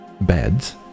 beds